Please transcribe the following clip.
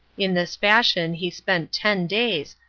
in this fashion he spent ten days,